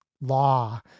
law